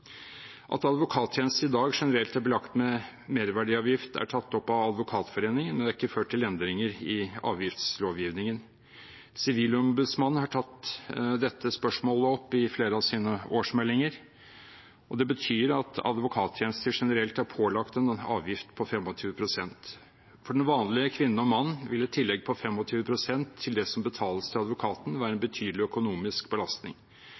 At advokattjenester i dag generelt er belagt med merverdiavgift, er tatt opp av Advokatforeningen, men det har ikke ført til endringer i avgiftslovgivningen. Sivilombudsmannen har tatt dette spørsmålet opp i flere av sine årsmeldinger. Det betyr at advokattjenester generelt er pålagt en avgift på 25 pst. For den vanlige kvinne og mann vil et tillegg på 25 pst. til det som betales til advokaten, være en betydelig økonomisk belastning.